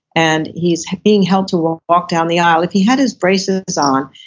and he's being helped to walk walk down the aisle. if he had his braces on,